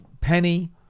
Penny